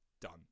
done